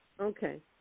Okay